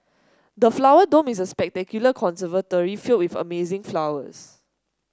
the Flower Dome is a spectacular conservatory filled with amazing flowers